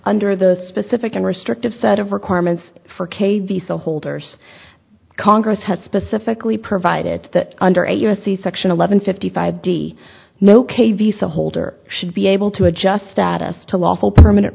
under the specific and restrictive set of requirements for k visa holders congress has specifically provided that under a u s c section eleven fifty five d no k visa holder should be able to adjust status to lawful permanent